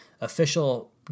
official